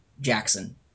Jackson